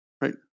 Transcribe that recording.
right